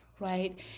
right